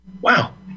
Wow